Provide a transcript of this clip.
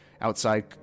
outside